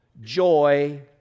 Joy